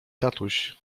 tatuś